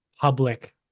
public